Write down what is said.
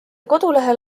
kodulehel